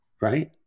right